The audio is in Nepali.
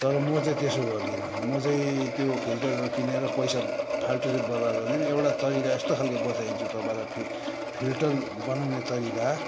तर म चाहिँ त्यसो गर्दिनँ म चाहिँ त्यो फिल्टरहरू किनेर पैसा फाल्टु चाहिँ बर्बाद गर्दिनँ एउटा तरिका यस्तो खालके बताइदिन्छु तपाईँलाई फि फिल्टर बनाउने तरिका